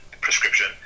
prescription